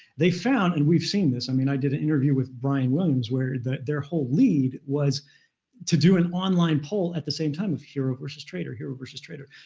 they found and we've seen this, i mean, i did an interview with brian williams where their whole lede was to do an online poll at the same time of hero versus traitor, hero versus traitor.